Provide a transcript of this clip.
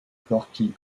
gorki